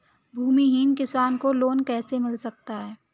भूमिहीन किसान को लोन कैसे मिल सकता है?